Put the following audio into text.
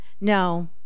No